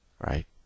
right